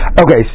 Okay